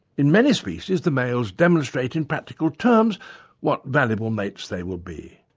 in many species the males demonstrate in practical terms what valuable mates they will be.